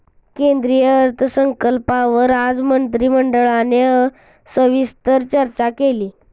केंद्रीय अर्थसंकल्पावर आज मंत्रिमंडळाने सविस्तर चर्चा केली